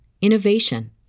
innovation